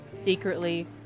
secretly